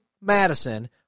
Madison